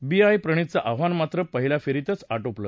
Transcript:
बी साई प्रणितचं आव्हान मात्र पहिल्या फेरीतच आटोपलं